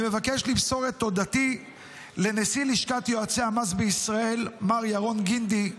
אני מבקש למסור את תודתי לנשיא לשכת יועצי המס בישראל מר ירון גינדי,